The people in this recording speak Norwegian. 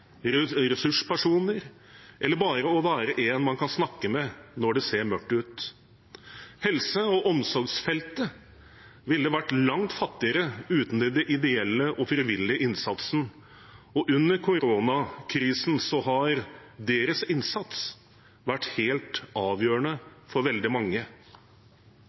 når det ser mørkt ut. Helse- og omsorgsfeltet ville vært langt fattigere uten den ideelle og frivillige innsatsen, og under koronakrisen har deres innsats vært helt avgjørende for veldig mange.